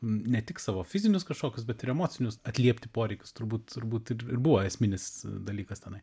ne tik savo fizinius kažkokius bet ir emocinius atliepti poreikius turbūt turbūt ir buvo esminis dalykas tenai